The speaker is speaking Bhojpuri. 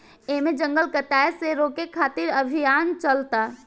एमे जंगल कटाये से रोके खातिर अभियान चलता